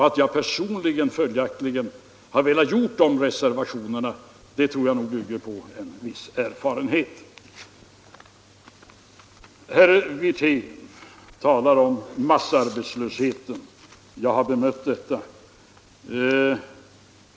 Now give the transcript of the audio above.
Att jag personligen har velat göra dessa reservationer bygger nog på en viss erfarenhet. Herr Wirtén talar om ”massarbetslösheten”. Jag har bemött detta.